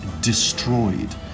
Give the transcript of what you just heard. destroyed